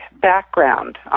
background